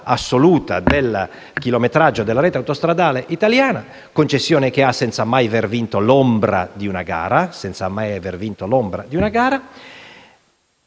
assoluta del chilometraggio della rete autostradale italiana (concessione che ha senza mai avere vinto l'ombra di una gara) promette, se le viene data